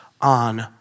on